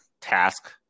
task